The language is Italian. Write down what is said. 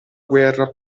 guerra